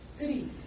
Three